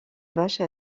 vache